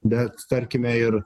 bet tarkime ir